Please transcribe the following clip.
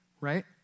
right